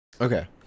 Okay